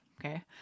okay